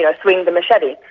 yeah swing the machetes.